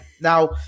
now